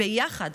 ביחד,